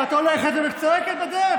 את הולכת וצועקת בדרך.